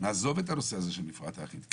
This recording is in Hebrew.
נעזוב את הנושא הזה של מפרט האחיד,